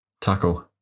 Tackle